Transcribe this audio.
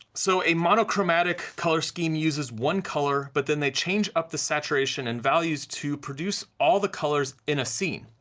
so a monochromatic color scheme uses one color, but then they change up the saturation and values to produce all the colors in a scene.